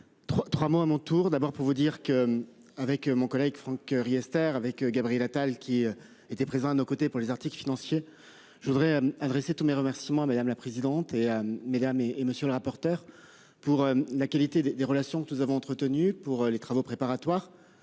trois mots à mon tour d'abord pour vous dire qu'. Avec mon collègue Franck Riester avec Gabriel Attal, qui était présent à nos côtés pour les Arctic financier. Je voudrais adresser tous mes remerciements à madame la présidente et mesdames et monsieur le rapporteur pour la qualité des des relations que nous avons entretenu pour les travaux préparatoires.